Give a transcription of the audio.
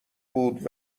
بود